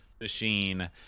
machine